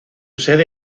sede